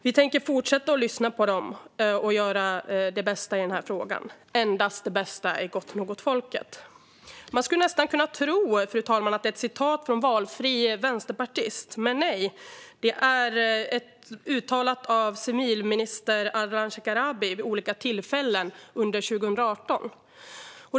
Vi tänker fortsätta att lyssna på dem och göra det bästa i den här frågan. Endast det bästa är gott nog åt folket. Fru talman! Man skulle nästan kunna tro att det är sagt av valfri vänsterpartist. Men, nej, det är uttalat av civilminister Ardalan Shekarabi vid olika tillfällen under 2018.